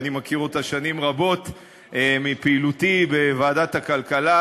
אני מכיר אותה שנים רבות מפעילותי בוועדת הכלכלה,